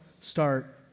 start